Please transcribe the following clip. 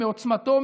מעוצמתו,